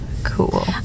cool